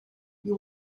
you